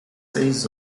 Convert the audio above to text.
seis